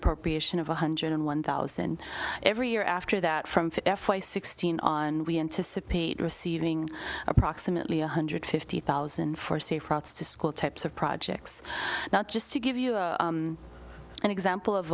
appropriation of one hundred and one thousand every year after that from f y sixteen on we anticipate receiving approximately one hundred fifty thousand for safe routes to school types of projects not just to give you an example of